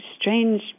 Strange